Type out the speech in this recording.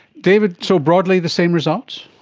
david, so, broadly the same results?